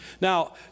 Now